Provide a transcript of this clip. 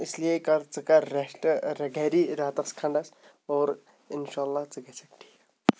اِسلیے کَر ژٕ ژٕ کَر رٮ۪سٹ گَری رٮ۪تَس کھنٛڈَس اور اِنشاء اللہ ژٕ گَژھکھ ٹھیٖک